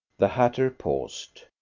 the hatter paused.